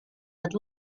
had